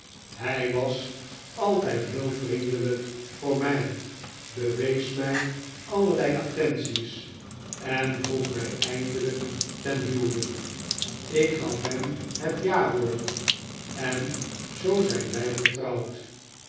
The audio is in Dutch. hij was altijd heel vriendelijk voor mij bewees mij allerlei attenties en vroeg mij eindelijk ten huwelijk ik gaf hem het jawoord en zoo zijn wij getrouwd